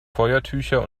feuertücher